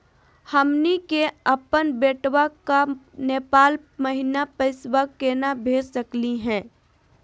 हमनी के अपन बेटवा क नेपाल महिना पैसवा केना भेज सकली हे?